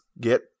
get